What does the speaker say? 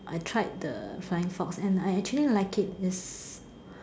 I tried the flying fox and I actually like it is